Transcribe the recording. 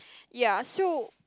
ya so